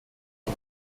die